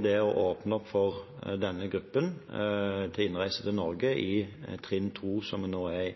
det å åpne opp for innreise for denne gruppen til Norge i trinn 2, som vi nå er i.